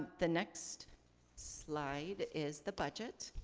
the next slide is the budget.